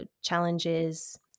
challenges